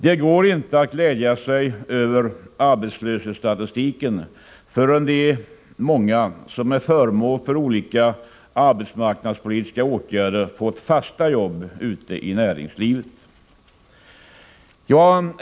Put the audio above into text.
Det går inte att glädja sig över arbetslöshetsstatistiken förrän de många som är föremål för olika arbetsmarknadspolitiska åtgärder fått fasta jobb ute i näringslivet.